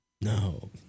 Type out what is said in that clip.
No